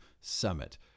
summit